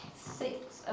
six